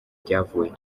ryavuye